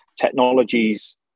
technologies